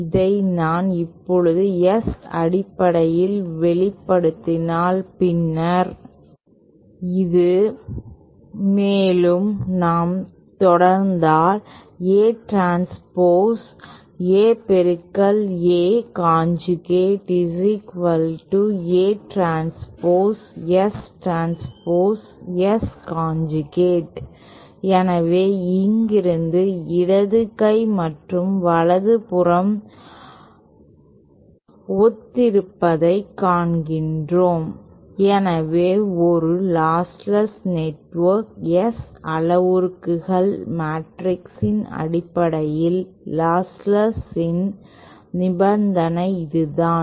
இதை நான் இப்போது S அடிப்படையில் வெளிப்படுத்தினால் பின்னர் இது மேலும் நாம் தொடர்ந்தால் A transpose A A conjugate A transpose S transpose S conjugate எனவே இங்கிருந்து இடது கை மற்றும் வலது புறம் ஒத்திருப்பதைக் காண்கிறோம் எனவே ஒரு லாஸ்ட்லெஸ் நெட்வொர்க் S அளவுருக்கள் மேட்ரிக்ஸின் அடிப்படையில் லாஸ்ட்லெஸ்நெஸ்ஸின் நிபந்தனை இதுதான்